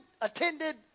attended